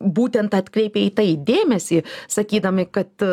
būtent atkreipė į tai dėmesį sakydami kad